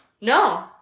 no